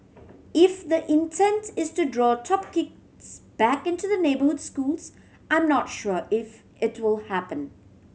if the intent is to draw top kids back into the neighbour schools I'm not sure if it will happen